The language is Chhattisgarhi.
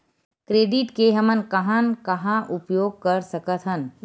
क्रेडिट के हमन कहां कहा उपयोग कर सकत हन?